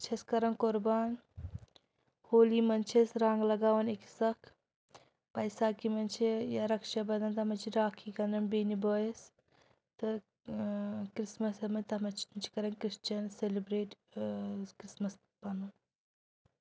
چھَس کَران قۄربان ہولی منٛز چھِ أسۍ رنٛگ لَگاوان أکِس اکھ پیساکی منٛز چھِ یا رَکشا بنٛدھن تَتھ منٛز چھِ راکھی گنٛڈھن بیٚنہِ بٲیِس تہٕ کِرٛسمَس منٛز تَتھ منٛز تِم چھِ کَران کِرٛسچَن سٮ۪لِبرٛیٹ کِرٛسمَس پَنُن